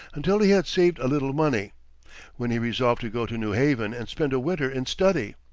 until he had saved a little money when he resolved to go to new haven, and spend a winter in study.